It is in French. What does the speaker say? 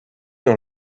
dans